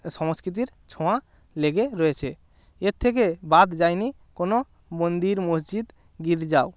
সংস্কৃতির ছোঁয়া লেগে রয়েছে এর থেকে বাদ যায়নি কোনো মন্দির মসজিদ গির্জাও